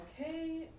Okay